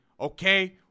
okay